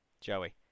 Joey